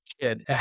kid